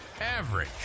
average